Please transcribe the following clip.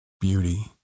beauty